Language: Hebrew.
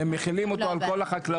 והם מחילים אותו על כל החקלאות.